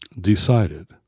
decided